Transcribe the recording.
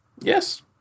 Yes